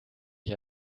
ich